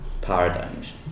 paradigms